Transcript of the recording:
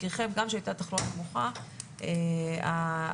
ואת התועלת שבמדיניות X או Y בנושא